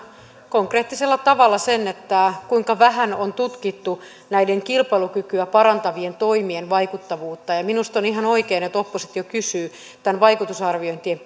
konkreettisella tavalla sen kuinka vähän on tutkittu näiden kilpailukykyä parantavien toimien vaikuttavuutta ja ja minusta on ihan oikein että oppositio kysyy vaikutusarviointien